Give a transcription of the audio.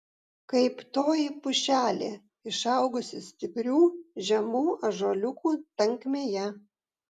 kaip toji pušelė išaugusi stiprių žemų ąžuoliukų tankmėje